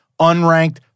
Unranked